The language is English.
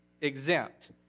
exempt